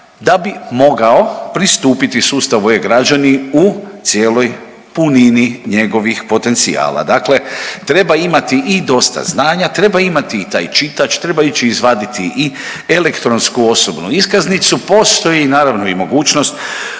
da bi mogao pristupiti sustavu e-građani u cijeloj punini njegovih potencijala. Dakle, treba imati i dosta znanja, treba imati i taj čitač, treba ići izvaditi i elektronsku osobnu iskaznicu, postoji naravno i mogućnost